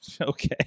Okay